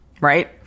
right